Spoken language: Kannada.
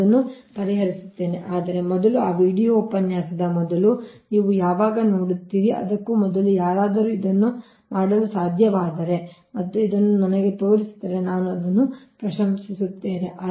ನಾನು ಅದನ್ನು ಪರಿಹರಿಸುತ್ತೇನೆ ಆದರೆ ಮೊದಲು ಆ ವೀಡಿಯೊ ಉಪನ್ಯಾಸದ ಮೊದಲು ನೀವು ಯಾವಾಗ ನೋಡುತ್ತೀರಿ ಅದಕ್ಕೂ ಮೊದಲು ಯಾರಾದರೂ ಇದನ್ನು ಮಾಡಲು ಸಾಧ್ಯವಾದರೆ ಮತ್ತು ಇದನ್ನು ನನಗೆ ತೋರಿಸಿದರೆ ನಾನು ಅದನ್ನು ಪ್ರಶಂಸಿಸುತ್ತೇನೆ